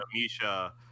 Misha